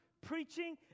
preaching